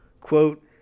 Quote